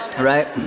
right